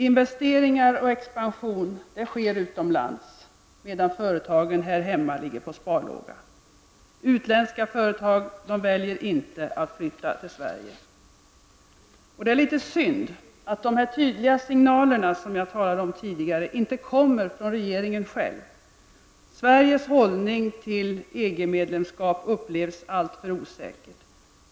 Investeringar och expansion sker utomlands, medan företagen här hemma går på sparlåga. Utländska företag väljer inte att flytta verksamhet till Sverige. Det är litet synd att de tydliga signaler som jag talat om inte kommer från regeringen själv. Sveriges hållning till EG medlemskap upplevs som någonting som är alltför osäkert.